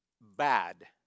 Bad